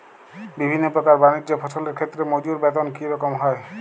বিভিন্ন প্রকার বানিজ্য ফসলের ক্ষেত্রে মজুর বেতন কী রকম হয়?